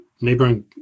Neighboring